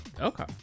okay